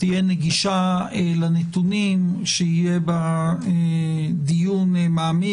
תהיה נגישה לנתונים, שיהיה בה דיון מעמיק.